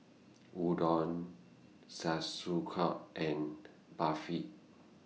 Udon and Barfi